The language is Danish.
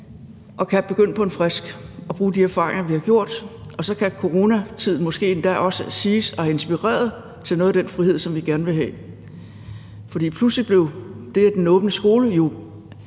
og kan begynde på en frisk og bruge de erfaringer, vi har gjort, og så kan coronatiden måske endda også siges at have inspireret til noget af den frihed, som vi gerne vil have. For pludselig blev den åbne skole